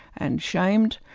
and shamed.